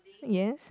yes